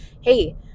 hey